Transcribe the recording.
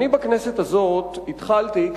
כשהכנסת הזאת החלה את